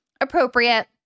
appropriate